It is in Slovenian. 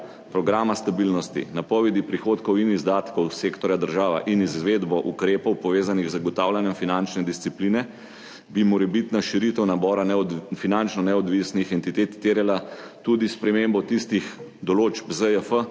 programa stabilnosti, napovedi prihodkov in izdatkov sektorja država in izvedbo ukrepov, povezanih z zagotavljanjem finančne discipline, bi morebitna širitev nabora finančno neodvisnih entitet terjala tudi spremembo tistih določb ZJF,